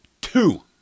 Two